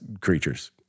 creatures